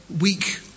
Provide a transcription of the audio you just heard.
week